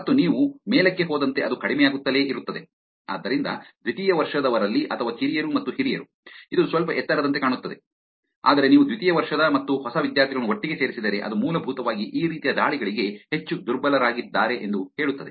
ಮತ್ತು ನೀವು ಮೇಲಕ್ಕೆ ಹೋದಂತೆ ಅದು ಕಡಿಮೆಯಾಗುತ್ತಲೇ ಇರುತ್ತದೆ ಆದ್ದರಿಂದ ದ್ವಿತೀಯ ವರ್ಷದವರಲ್ಲಿ ಅಥವಾ ಕಿರಿಯರು ಮತ್ತು ಹಿರಿಯರು ಇದು ಸ್ವಲ್ಪ ಎತ್ತರದಂತೆ ಕಾಣುತ್ತದೆ ಆದರೆ ನೀವು ದ್ವಿತೀಯ ವರ್ಷದ ಮತ್ತು ಹೊಸ ವಿದ್ಯಾರ್ಥಿಗಳನ್ನು ಒಟ್ಟಿಗೆ ಸೇರಿಸಿದರೆ ಅದು ಮೂಲಭೂತವಾಗಿ ಈ ರೀತಿಯ ದಾಳಿಗಳಿಗೆ ಹೆಚ್ಚು ದುರ್ಬಲರಾಗಿದ್ದಾರೆ ಎಂದು ಹೇಳುತ್ತದೆ